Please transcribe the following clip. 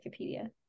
wikipedia